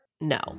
No